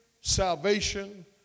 salvation